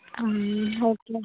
okay